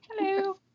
hello